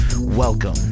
Welcome